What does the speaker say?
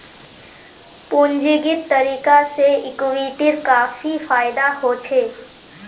पूंजीगत तरीका से इक्विटीर काफी फायेदा होछे